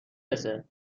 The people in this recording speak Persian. رسه